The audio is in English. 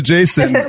Jason